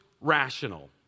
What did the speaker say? rational